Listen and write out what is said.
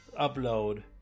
upload